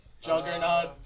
Juggernaut